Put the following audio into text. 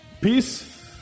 Peace